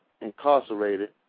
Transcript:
incarcerated